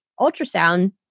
ultrasound